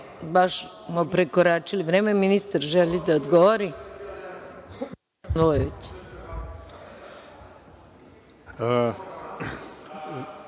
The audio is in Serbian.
baš smo prekoračili vreme. Ministar želi da odgovori.